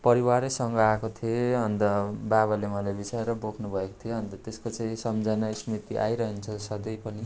परिवारैसँग आएको थिएँ अन्त बाबाले मलाई विचारा बोक्नुभएको थियो अन्त त्यसको चाहिँ सम्झना स्मृति आइरहन्छ सधैँ पनि